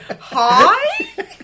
Hi